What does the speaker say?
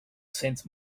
sense